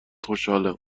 خوشحالم